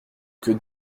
que